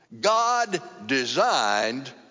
God-designed